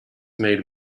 made